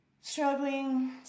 struggling